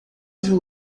viu